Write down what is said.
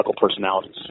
personalities